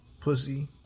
pussy